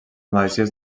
masies